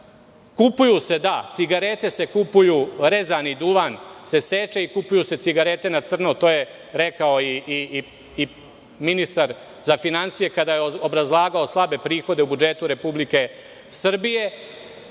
sa ushićenjem. Cigarete se kupuju, rezani duvan se seče i kupuju se cigarete na crno. To je rekao i ministar za finansije kada je obrazlagao slabe prihode u budžetu Republike Srbije.